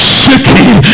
shaking